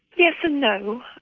yes and no.